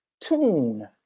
tune